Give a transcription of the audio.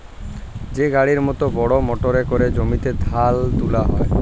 যে গাড়ির মত বড় মটরে ক্যরে জমিতে ধাল তুলা হ্যয়